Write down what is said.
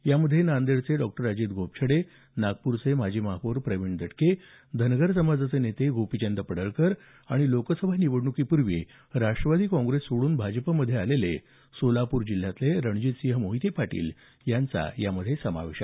यामध्ये नांदेडचे डॉ अजित गोपछडे नागपूरचे माजी महापौर प्रवीण दटके धनगर समाजाचे नेते गोपीचंद पडळकर आणि लोकसभा निवडणुकीपूर्वी राष्ट्रवादी काँग्रेस सोडून भाजपमध्ये आलेले सोलापूर जिल्ह्यातले रणजितसिंह मोहिते पाटील यांचा समावेश आहे